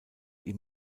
ihm